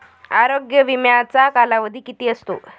आरोग्य विम्याचा कालावधी किती असतो?